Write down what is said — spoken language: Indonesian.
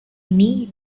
ini